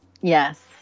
Yes